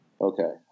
Okay